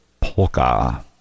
polka